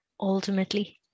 ultimately